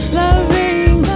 loving